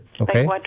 okay